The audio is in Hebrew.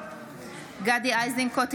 גדי איזנקוט,